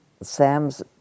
Sam's